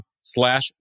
slash